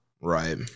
Right